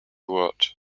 word